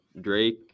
Drake